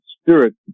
spirit